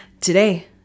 Today